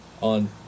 On